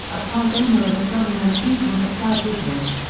a part-owner of a plumbing and heating-supply business.